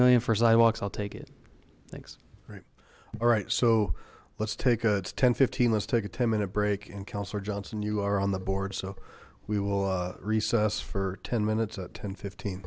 million for sidewalks i'll take it thanks right all right so let's take a ten fifteen let's take a ten minute break and councillor johnson you are on the board so we will recess for ten minutes at ten fifteen